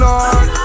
Lord